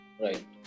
Right